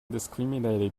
discriminated